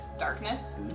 Darkness